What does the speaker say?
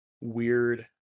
weird